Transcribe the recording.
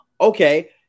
okay